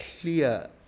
clear